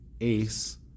ace